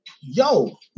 yo